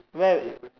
where